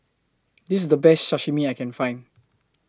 This IS The Best Sashimi that I Can Find